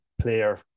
player